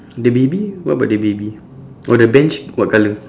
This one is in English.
the baby what about the baby oh the bench what colour